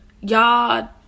y'all